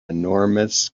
enormous